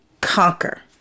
conquer